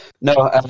No